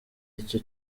icyo